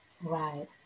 Right